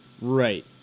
Right